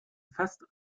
fest